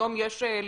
היום יש למעלה,